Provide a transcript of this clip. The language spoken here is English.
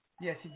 yes